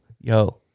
Yo